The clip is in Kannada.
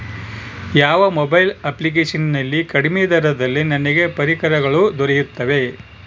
ಯಾವ ಮೊಬೈಲ್ ಅಪ್ಲಿಕೇಶನ್ ನಲ್ಲಿ ಕಡಿಮೆ ದರದಲ್ಲಿ ನನಗೆ ಪರಿಕರಗಳು ದೊರೆಯುತ್ತವೆ?